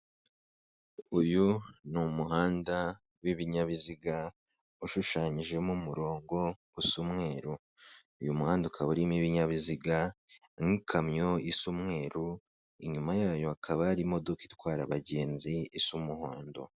Uyu ni umuhanda w'ibinyabiziga ushushanyijemo umurongo usa umweru, uyu muhanda ukaba urimo ibinyabiziga nk'ikamyo isa umweru, inyuma yayo hakaba hari imodoka itwara abagenzi isa umuhondo.